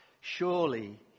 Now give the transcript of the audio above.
Surely